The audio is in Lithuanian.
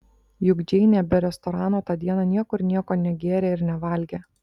juk džeinė be restorano tą dieną niekur nieko negėrė ir nevalgė